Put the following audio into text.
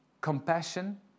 Compassion